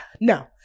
No